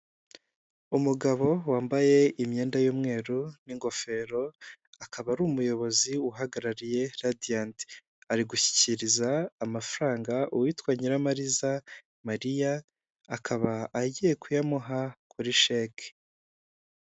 Umugabo wambaye imyenda y'umweru n'ingofero, akaba ari umuyobozi uhagarariye radianti, ari gushyikiriza amafaranga uwitwa Nyiramaza Mariya, akaba agiye kuyamuha kuri sheke.